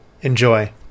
Enjoy